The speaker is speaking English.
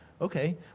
Okay